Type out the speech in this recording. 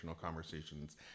conversations